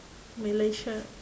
malaysia